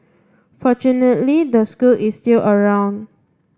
fortunately the school is still around